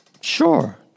Sure